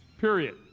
period